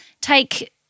take